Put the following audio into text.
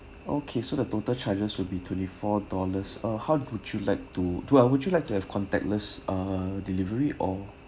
okay so the total charges will be twenty four dollars uh how would you like to do ah would you like to have contactless uh delivery or